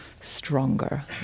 stronger